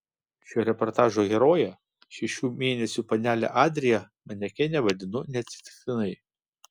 šio reportažo heroję šešių mėnesių panelę adriją manekene vadinu neatsitiktinai